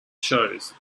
shows